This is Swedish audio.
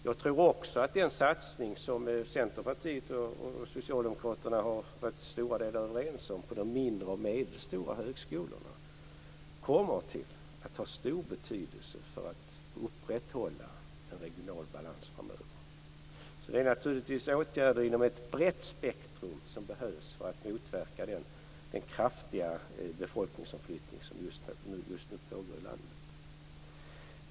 Jag tror också att den satsning, som Centerpartiet och socialdemokraterna till rätt stora delar varit överens om, på de mindre och medelstora högskolorna kommer att ha stor betydelse för att upprätthålla en regional balans framöver. Det är naturligtvis åtgärder inom ett bett spektrum som behövs för att motverka den kraftiga befolkningsomflyttning som just nu pågår i landet.